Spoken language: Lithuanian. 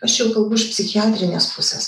aš jau kalbu iš psichiatrinės pusės